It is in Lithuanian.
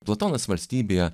platonas valstybėje